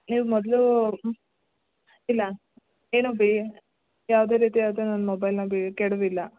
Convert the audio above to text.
ನೀವು ಮೊದಲು ಹ್ಞೂ ಇಲ್ಲ ಏನೋ ಬೇ ಯಾವುದೇ ರೀತಿ ಆದ ನನ್ನ ಮೊಬೈಲನ್ನ ಬೀಳ್ ಕೆಡವಿಲ್ಲ